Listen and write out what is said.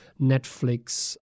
Netflix